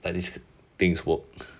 like these things work